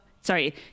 sorry